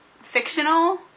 fictional